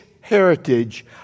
heritage